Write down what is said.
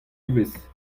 ivez